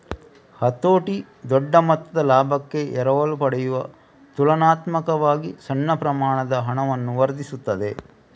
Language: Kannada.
ಹತೋಟಿ ದೊಡ್ಡ ಮೊತ್ತದ ಲಾಭಕ್ಕೆ ಎರವಲು ಪಡೆಯುವ ತುಲನಾತ್ಮಕವಾಗಿ ಸಣ್ಣ ಪ್ರಮಾಣದ ಹಣವನ್ನು ವರ್ಧಿಸುತ್ತದೆ